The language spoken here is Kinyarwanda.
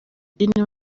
dini